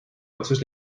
otsus